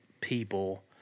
people